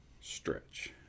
Stretch